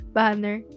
Banner